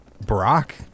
Brock